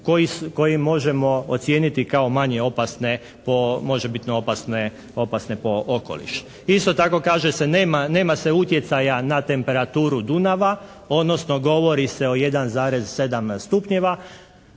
koje možemo ocijeniti kao manje opasne po može biti opasne po okoliš. Isto tako kaže se, nema se utjecaja na temperaturu Dunava odnosno govori se o 1,7 stupnjeva.